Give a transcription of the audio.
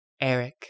Eric